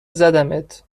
زدمت